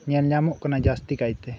ᱧᱮᱞ ᱧᱟᱢᱚᱜ ᱠᱟᱱᱟ ᱡᱟᱹᱥᱛᱤ ᱠᱟᱭᱛᱮ